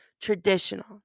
traditional